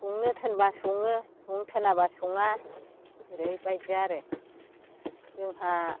संनो थोनबा सङो संनो थोनाबा सङा ओरैबायदि आरो जोंहा